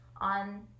on